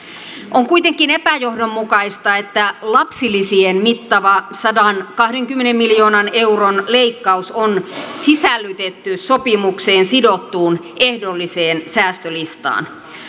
on kuitenkin epäjohdonmukaista että lapsilisien mittava sadankahdenkymmenen miljoonan euron leikkaus on sisällytetty sopimukseen sidottuun ehdolliseen säästölistaan